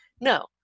No